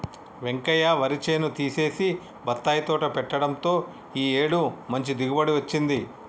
వెంకయ్య వరి చేను తీసేసి బత్తాయి తోట పెట్టడంతో ఈ ఏడు మంచి దిగుబడి వచ్చింది